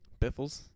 Biffles